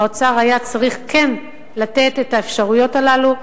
האוצר היה צריך כן לתת את האפשרויות הללו,